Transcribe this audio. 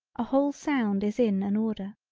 a whole sound is in an order.